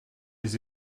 les